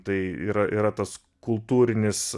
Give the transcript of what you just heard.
tai yra yra tas kultūrinis